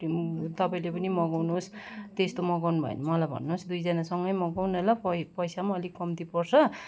तपाईँले पनि मगाउनुहोस् त्यस्तो मगाउनु भयो भने मलाई भन्नुहोस् दुईजना सँगै मगाउँ न ल पै पैसा पनि अलिक कम्ती पर्छ